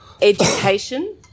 education